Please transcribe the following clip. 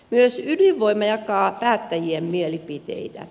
myös ydinvoima jakaa päättäjien mielipiteitä